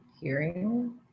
hearing